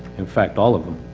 in fact all of them,